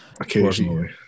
occasionally